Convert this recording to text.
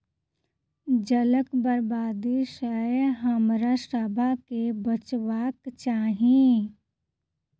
जलक बर्बादी सॅ हमरासभ के बचबाक चाही